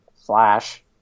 flash